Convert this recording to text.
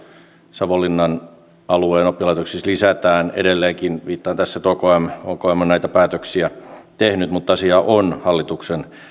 savonlinnan alueen oppilaitoksissa lisätään edelleenkin viittaan tässä että okm on näitä päätöksiä tehnyt mutta asia on hallituksen